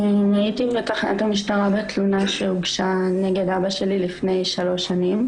הייתי בתחנת המשטרה בתלונה שהוגשה נגד אבא שלי לפני שלוש שנים.